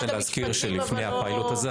אבל לא - אני רוצה להזכיר שלפני הפיילוט הזה,